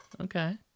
Okay